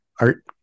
art